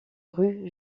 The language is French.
rue